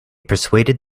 persuaded